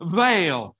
veil